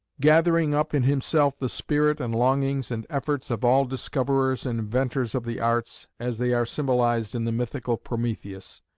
gathering up in himself the spirit and longings and efforts of all discoverers and inventors of the arts, as they are symbolised in the mythical prometheus.